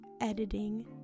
editing